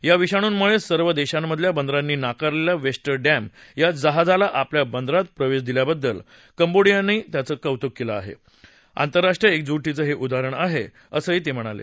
या विषाणूंमुळे सर्व देशांमधल्या बंदरांनी नाकारलेल्या वेस्टरडॅम या जहाजाला आपल्या बंदरात प्रवेश दिल्याबद्दल कंबोडियाचं त्यांनी कौतुक केलं आंतरराष्ट्रीय एकजुटीचं हे उदाहरण आहे असं ते म्हणाले